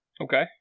Okay